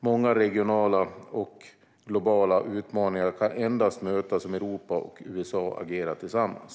Många regionala och globala utmaningar kan endast mötas om Europa och USA agerar tillsammans.